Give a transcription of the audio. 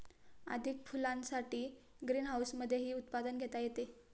अधिक फुलांसाठी ग्रीनहाऊसमधेही उत्पादन घेता येते